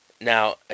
Now